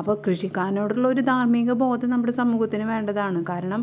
അപ്പോൾ കൃഷിക്കാരനോടുള്ളൊരു ധാർമ്മിക ബോധം നമ്മുടെ സമൂഹത്തിന് വേണ്ടതാണ് കാരണം